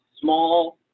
small